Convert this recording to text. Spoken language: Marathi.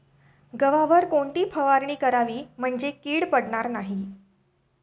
गव्हावर कोणती फवारणी करावी म्हणजे कीड पडणार नाही?